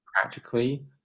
practically